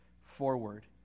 forward